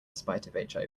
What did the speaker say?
spite